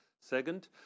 Second